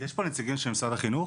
יש פה נציגים של משרד החינוך?